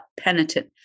penitent